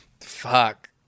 Fuck